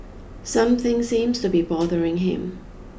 something seems to be bothering him